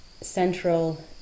central